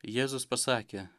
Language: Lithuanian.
jėzus pasakė